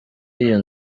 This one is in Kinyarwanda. iyo